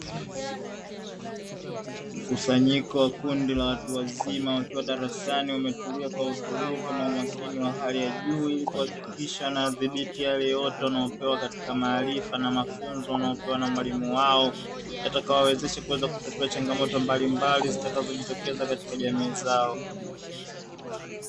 Mkusanyiko kundi la watu wazima wakiwa darasani wametulia kwa utulivu na umakini wa hali ya juu, ili kuhakikisha wanayadhibiti yale yote wanayopewa katika maarifa, na mafunzo wanayopewa na mwalimu wao yatakayowawezesha kutatua changamoto mbalimbali zitakazo jitokeza katika jamii zao.